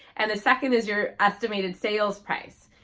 and the second is your estimated sales price.